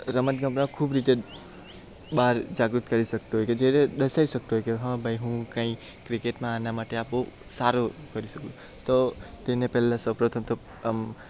રમત ગમત ખૂબ રીતે બહાર જાગૃત કરી શકતો હોય કે જેને દર્શાવી શકતો હોય કે હા ભાઈ હું કાઈ ક્રિકેટમાં આના માટે આ બહુ સારું કરી શકું તો તેને પેલા સૌ પ્રથમ તો આમ